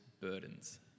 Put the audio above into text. burdens